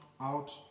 out